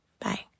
Bye